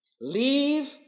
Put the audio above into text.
Leave